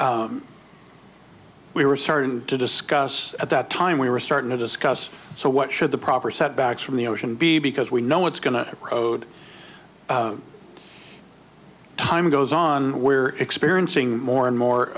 and we were starting to discuss at that time we were starting to discuss so what should the proper setbacks from the ocean be because we know what's going to code time goes on we're experiencing more and more